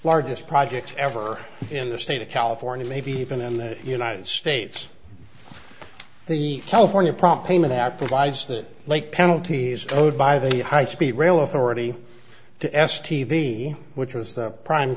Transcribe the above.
largest projects ever in the state of california maybe even in the united states the california prompt a minute that provides that lake penalty is towed by the high speed rail authority to s t v which was the prime